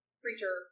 creature